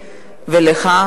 ואתה,